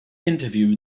interview